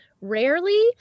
rarely